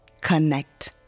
Connect